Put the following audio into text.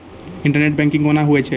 Internet banking कोना होय छै?